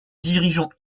dirigeants